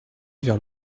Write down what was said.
vers